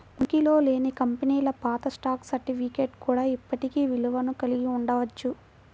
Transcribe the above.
ఉనికిలో లేని కంపెనీల పాత స్టాక్ సర్టిఫికేట్లు కూడా ఇప్పటికీ విలువను కలిగి ఉండవచ్చు